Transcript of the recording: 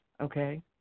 okay